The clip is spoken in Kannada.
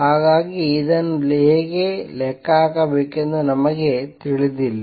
ಹಾಗಾಗಿ ಅದನ್ನು ಹೇಗೆ ಲೆಕ್ಕ ಹಾಕಬೇಕೆಂದು ನಮಗೆ ತಿಳಿದಿಲ್ಲ